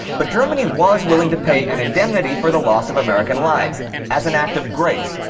but germany was willing to pay an indemnity for the loss of american lives as an act of grace,